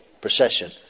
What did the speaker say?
procession